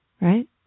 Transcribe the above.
Right